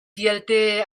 vialte